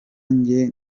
njye